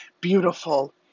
beautiful